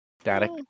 Static